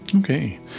Okay